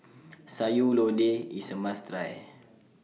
Sayur Lodeh IS A must Try